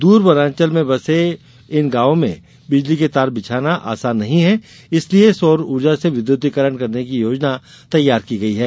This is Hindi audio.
दूर वनाचंल में बसे इन गांवों में बिजली के तार बिछाना आसान नहीं है इसलिये सौर ऊर्जा से विद्युतीकरण करने की योजना तैयार की गयी है